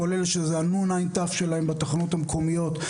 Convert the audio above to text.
כולל שזה ה-נ.ע.ת שלהם בתחנות המקומיות,